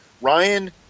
Ryan